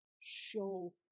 show